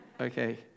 Okay